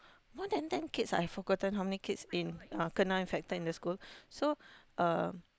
more than ten kids I forgotten how many kids in uh kena infected in the school so um